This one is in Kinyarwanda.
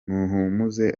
muhumuza